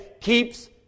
keeps